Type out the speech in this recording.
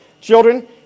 children